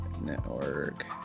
Network